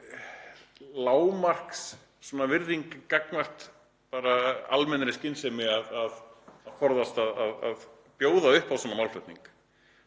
lágmarksvirðing gagnvart almennri skynsemi að forðast að bjóða upp á svona málflutning.